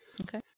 Okay